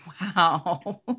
Wow